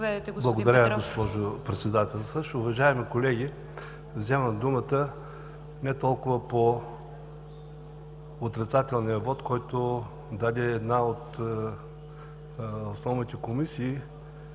Благодаря, госпожо Председател.